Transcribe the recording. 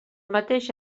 mateix